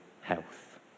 health